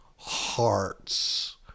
hearts